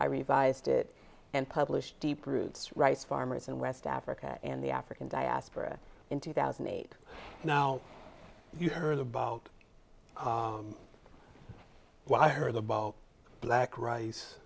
i revised it and published deep roots rice farmers in west africa and the african diaspora in two thousand and eight now you heard about what i heard about black rice